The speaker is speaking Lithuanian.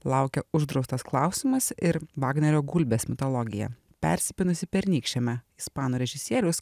laukia uždraustas klausimas ir vagnerio gulbės mitologija persipynusi pernykščiame ispanų režisieriaus